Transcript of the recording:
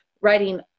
writing